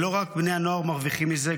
לא רק בני הנוער מרוויחים מזה,